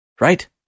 right